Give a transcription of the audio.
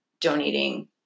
donating